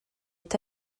est